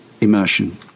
immersion